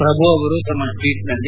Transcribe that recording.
ಪ್ರಭು ಅವರು ತಮ್ಮ ಟ್ಲೀಟ್ನಲ್ಲಿ